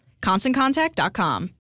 ConstantContact.com